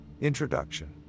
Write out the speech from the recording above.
Introduction